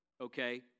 Okay